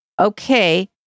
okay